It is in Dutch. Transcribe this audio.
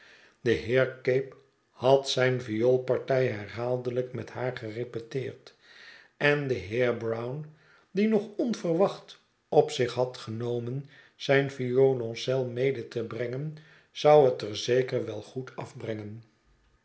de heer cape had zijn vioolpartij herhaaldelyk met haar gerepeteerd en de heer brown die nog pnverwacht op zich had genomen zijn violoncel mede te brengen zou het er zeker wel goed afbrengen